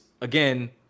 again